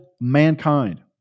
mankind